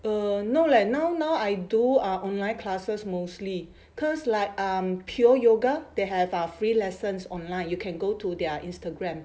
uh no leh now now I do ah online classes mostly cause like um pure yoga they have our free lessons online you can go to their instagram